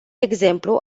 exemplu